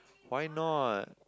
why not